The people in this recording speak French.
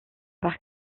par